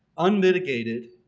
unmitigated,